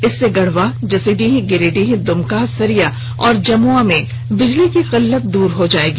इससे गढ़वा जसीडीह गिरिडीह दुमका सरिया और जमुआ में बिजली की किल्लत दूर हो जाएगी